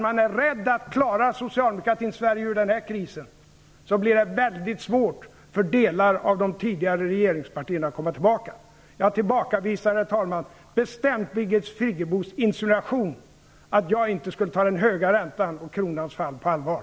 Man är rädd för att om socialdemokraterna klarar Sverige ur den här krisen, blir det väldigt svårt för delar av de tidigare regeringspartierna att komma tillbaka. Jag tillbakavisar, herr talman, bestämt Birgit Friggebos insinuation att jag inte skulle ta den höga räntan och kronans fall på allvar.